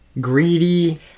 Greedy